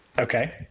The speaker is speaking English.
Okay